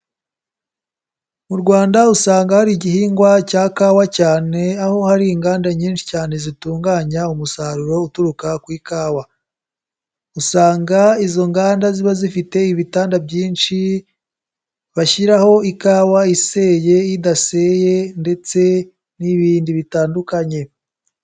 Mu Rwanda usanga hari igihingwa cya kawa cyane, aho hari inganda nyinshi cyane zitunganya umusaruro uturuka ku ikawa. Usanga izo nganda ziba zifite ibitanda byinshi, bashyiraho ikawa iseye, idaseye ndetse n'ibindi bitandukanye.